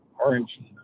Orange